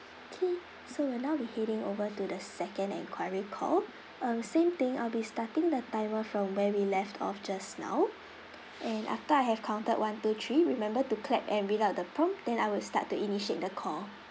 okay so we'll now be heading over to the second enquiry call um same thing I'll be starting the timer from where we left off just now and after I have counted one two three remember to clap and read out the prompt then I will start to initiate the call